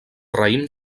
raïm